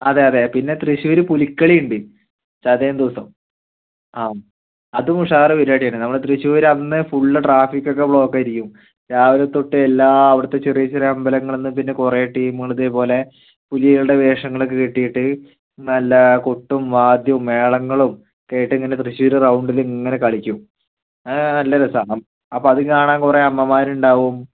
അതെയതെ പിന്നെ തൃശ്ശൂർ പുലിക്കളി ഉണ്ട് ചതയം ദിവസം ആ അതും ഉഷാറ് പരിപാടിയാണ് നമ്മുടെ തൃശ്ശൂർ അന്ന് ഫുള്ള് ട്രാഫിക്ക് ഒക്കെ ബ്ലോക്ക് ആയിരിക്കും രാവിലെ തൊട്ട് എല്ലാ അവിടത്തെ ചെറിയ ചെറിയ അമ്പലങ്ങളിൽ നിന്നും പിന്നെ കുറേ ടീമുകൾ ഇതേപോലെ പുലികളുടെ വേഷങ്ങളൊക്കെ കെട്ടിയിട്ട് നല്ല കൊട്ടും വാദ്യവും മേളങ്ങളും കേട്ട് ഇങ്ങനെ തൃശ്ശൂർ റൗണ്ടിൽ ഇങ്ങനെ കളിക്കും ആ അത് നല്ല രസമാണ് അപ്പോൾ അത് കാണാൻ കുറേ അമ്മമാർ ഉണ്ടാകും